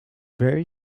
very